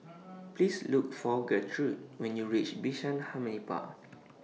Please Look For Gertrude when YOU REACH Bishan Harmony Park